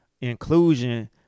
inclusion